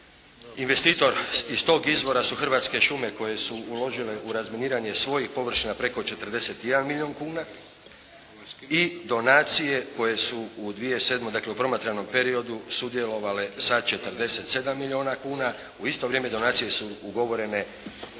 investitor iz tog izvora su Hrvatske šume koje su uložile u razminiranje svojih površina preko 41 milijun kuna i donacije koje su u 2007. dakle u promatranom periodu sudjelovale sa 47 milijuna kuna u isto vrijeme donacije su ugovorene